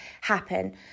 happen